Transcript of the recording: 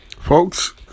Folks